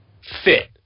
fit